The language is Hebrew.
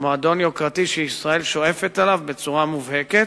מועדון יוקרתי שישראל שואפת אליו בצורה מובהקת.